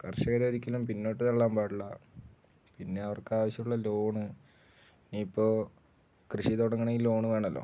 കർഷകരെ ഒരിക്കലും പിന്നോട്ടു തള്ളാൻ പാടില്ല പിന്നെ അവർക്കാവശ്യമുള്ള ലോണ് ഇപ്പോള് കൃഷി തുടങ്ങണമെങ്കില് ലോണ് വേണമല്ലോ